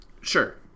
Sure